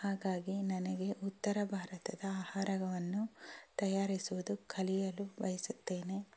ಹಾಗಾಗಿ ನನಗೆ ಉತ್ತರ ಭಾರತದ ಆಹಾರವನ್ನು ತಯಾರಿಸುವುದು ಕಲಿಯಲು ಬಯಸುತ್ತೇನೆ